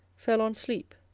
fell on sleep,